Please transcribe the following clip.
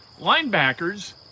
Linebackers